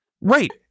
Right